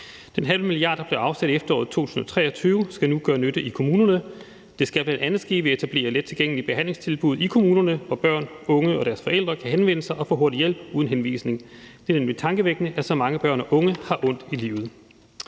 Den halve milliard, der blev afsat i efteråret 2023, skal nu gøre nytte i kommunerne, og det skal bl.a. ske ved at etablere lettilgængelige behandlingstilbud i kommunerne, hvor børn, unge og deres forældre kan henvende sig og få hurtig hjælp uden henvisning. Det er nemlig tankevækkende, at så mange børn og unge har ondt i livet,